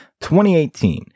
2018